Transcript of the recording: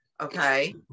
okay